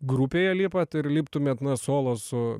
grupėje lipat ir liptumėt na solo su